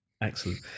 Excellent